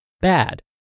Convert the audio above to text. Bad